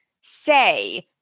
say